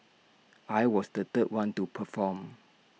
I was the third one to perform